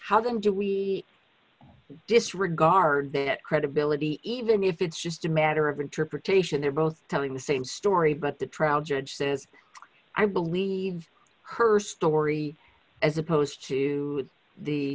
w do we disregard that credibility even if it's just a matter of interpretation they're both telling the same story but the trial judge says i believe her story as opposed to the